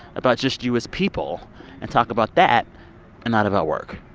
about just you as people and talk about that and not about work.